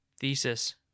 thesis